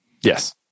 Yes